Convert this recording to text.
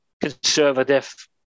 conservative